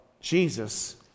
Jesus